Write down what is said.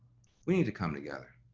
we need to come together.